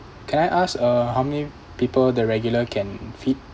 can I ask uh how many people the regular can feed